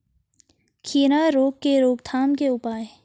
खीरा रोग के रोकथाम के उपाय?